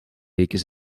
leken